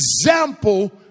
example